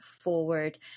forward